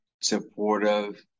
supportive